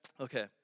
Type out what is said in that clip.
Okay